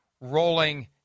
rolling